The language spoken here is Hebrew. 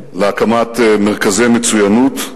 להקמת מרכזי מצוינות,